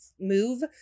move